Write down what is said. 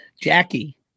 Jackie